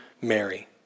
Mary